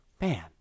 Man